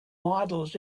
models